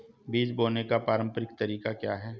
बीज बोने का पारंपरिक तरीका क्या है?